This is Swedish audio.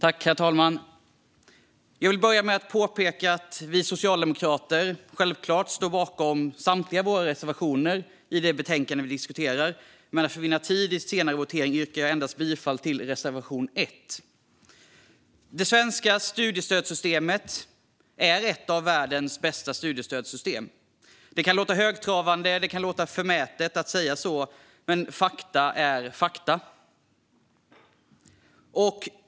Herr talman! Jag vill börja med att påpeka att vi socialdemokrater självklart står bakom samtliga våra reservationer i det betänkande som diskuteras, men för att vinna tid vid voteringen yrkar jag bifall endast till reservation 1. Det svenska studiestödet är ett av världens bästa studiestödssystem. Det kan låta högtravande och förmätet att säga så, men fakta är fakta.